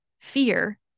Fear